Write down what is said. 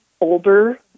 older